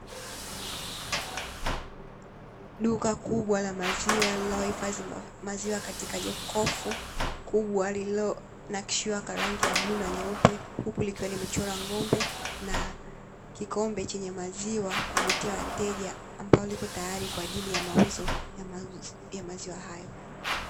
Duka kubwa la maziwa linalohifadhi maziwa katika jokofu kubwa, lililonakshiwa kwa rangi ya bluu na nyeupe huku likiwa limechorwa ng’ombe na kikombe chenye maziwa kuvutia wateja. Ambalo liko tayari kwa ajili ya mauzo ya maziwa hayo.